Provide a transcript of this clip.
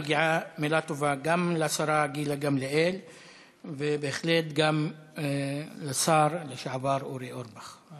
מגיעה מילה טובה גם לשרה גילה גמליאל ובהחלט גם לשר לשעבר אורי אורבך,